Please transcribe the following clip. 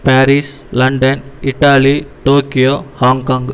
Paris London Italy Tokyo Hong Kong